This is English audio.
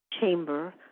chamber